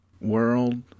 world